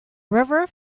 river